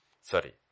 Sorry